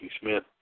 Smith